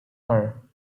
her